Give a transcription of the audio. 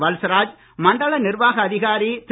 வல்சராஜ் மண்டல நிர்வாக அதிகாரி திரு